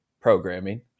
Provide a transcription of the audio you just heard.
programming